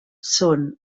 són